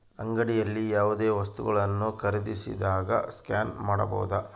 ಅಂಗಡಿಯಲ್ಲಿ ಯಾವುದೇ ವಸ್ತುಗಳನ್ನು ಖರೇದಿಸಿದಾಗ ಸ್ಕ್ಯಾನ್ ಮಾಡಬಹುದಾ?